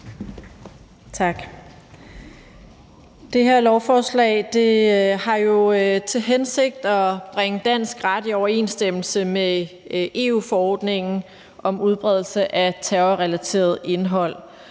Tak. Det her lovforslag har jo til hensigt at bringe dansk ret i overensstemmelse med EU-forordningen om udbredelse af terrorrelateret indhold,